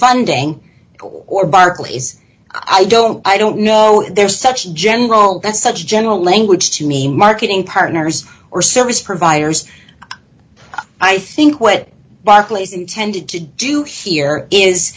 barclays i don't i don't know there's such general that's such a general language to me marketing partners or service providers i think what barclays intended to do here is